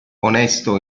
onesto